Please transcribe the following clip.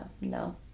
No